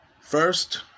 First